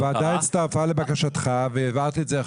אני מבין מה שקובי אומר ומה שקובי אומר לא מנותק מהמציאות,